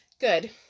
Good